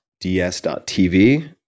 DS.TV